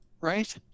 right